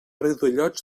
riudellots